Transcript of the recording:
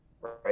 right